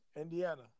Indiana